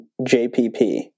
JPP